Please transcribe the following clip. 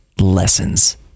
lessons